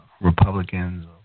Republicans